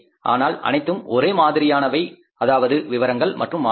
ஆனால் அனைத்தும் ஒரே மாதிரியானவை அதாவது விவரங்கள் மற்றும் மாதங்கள்